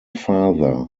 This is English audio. father